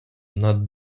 над